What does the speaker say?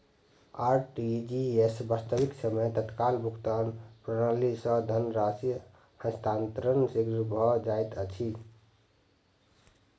RTGS, वास्तविक समय तत्काल भुगतान प्रणाली, सॅ धन राशि हस्तांतरण शीघ्र भ जाइत अछि